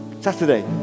Saturday